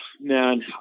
man